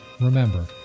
Remember